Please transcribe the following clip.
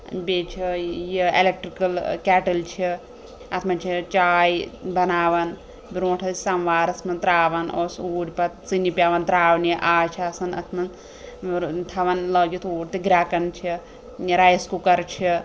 بیٚیہِ چھِ یہِ ایٚلیٚکٹرٛکٕل ٲں کیٹٕلۍ چھِ اَتھ منٛز چھِ أسۍ چاے بَناوان برٛونٛٹھ ٲسۍ سَموارَس منٛز ترٛاوان اوس اوٗڑۍ پتہٕ ژٕنہِ پیٚوان تراونہٕ آز چھُ آسان اَتھ منٛز ٲں تھاوان لٲگِتھ اوٗرۍ تہٕ گرٛیٚکان چھِ رایِس کُکر چھُ